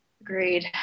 agreed